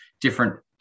different